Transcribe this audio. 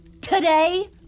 Today